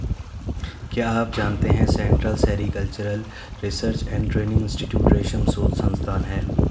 क्या आप जानते है central sericultural research and training institute रेशम शोध संस्थान है?